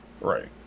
Right